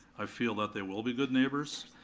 i feel that they will be good neighbors.